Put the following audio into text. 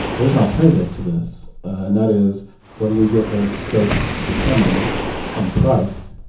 there is an alternative to this and that is when we get those scopes determined and priced,